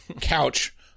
couch